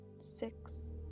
six